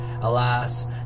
Alas